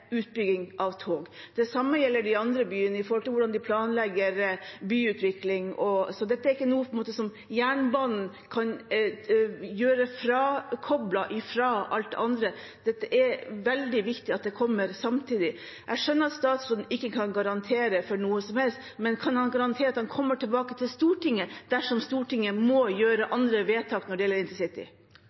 utbygging av tog. Det samme gjelder de andre byene, med tanke på hvordan de planlegger byutvikling. Så dette er ikke noe som jernbanen kan gjøre frakoblet alt det andre, det er veldig viktig at det kommer samtidig. Jeg skjønner at statsråden ikke kan garantere for noe som helst, men kan han garantere at han kommer tilbake til Stortinget dersom Stortinget må gjøre andre vedtak når det gjelder InterCity?